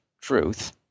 truth